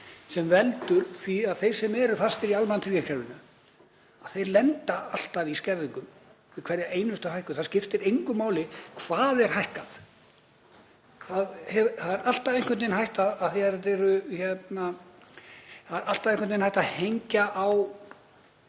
sem veldur því að þeir sem eru fastir í almannatryggingakerfinu lenda alltaf í skerðingum við hverja einustu hækkun. Það skiptir engu máli hvað er hækkað. Það er einhvern veginn alltaf hægt að hengja á